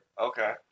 okay